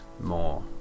more